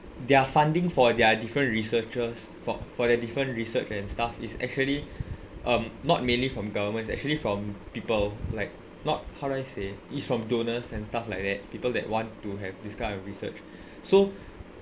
their funding for their different researchers for for their different research and stuff is actually um not mainly from governments actually from people like not how do I say is from donors and stuff like that people that want to have this kind of research so